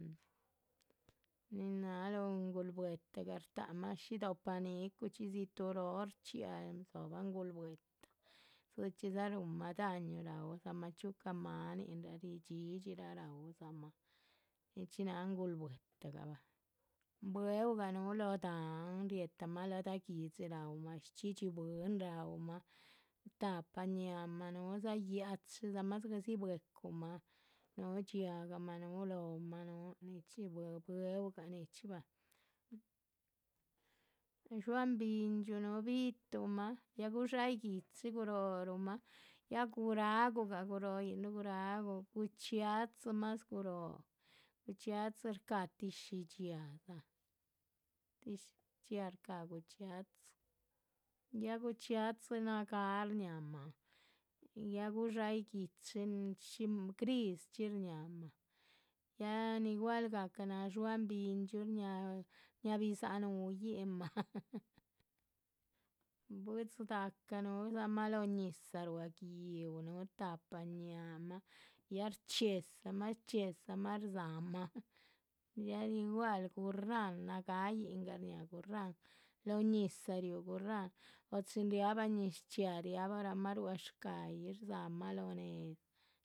Nin náhaluuh ngulbwe´tagah shtáhamah shí do´pah ni´cuchxí dzituhuroo shchxiáha dzóbah ngulbwe´ta dzichxídza ruhunmah daño, raudzamah chxíucah. máanindza, dhxídhxiraa raumah, nichxí náha ngulbwe´ta, bwe´ugah núhu lóho dahán, riéhtamah ladah guihdxi raúmah shchxídhxi bwín raúmah, tahpa. ñáhaamah núhu, dizgah yachidzamah dzigah dzigah bwecumah, núhu dxiahga, núhu lóhomah, núhu bwe´u gah nichxí bah, dxuáhan bindxíu núhu bi´tuhnmah. ya gudxáyih gui´chi gurohoruhmah, ya guráhgugah guróhoyinruh guráhgu, guchxia´dzi más guróho, guchxia´dzi shcáha tíshi dhxíaa, tíshi dhxíaa shcáha guchxia´dzi,. ya guchxia´dzi nagáaha shñáhamah, ya gudxáyih gui´chi shí grischxi shñáhamah, ya nigual gahca náha dxuáhan bindxíu, shñáha shñáha bidzah núyinmah. jajaja, bwídzii da’ca núhudzamah lóhoñizah ruá gi´uh, núhu tahpa ñáahamah, ya rchxíedzamah rchxíedzamah rdzámah ya nigual gurráhn nagáahayingah shñáha. gurráhn lóho ñizah riú gurráhn o chin riahbah ñiz chxiaa riabahramah ruá shca´yih rdzámah ruá néz